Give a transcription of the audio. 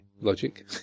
logic